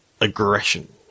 Aggression